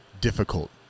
difficult